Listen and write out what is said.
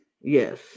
Yes